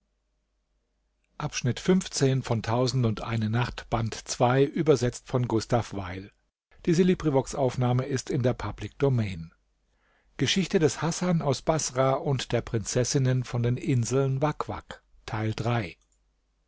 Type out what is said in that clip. geschichte des hasan aus baßrah